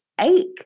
ache